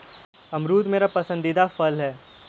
अमरूद मेरा पसंदीदा फल है